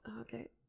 Okay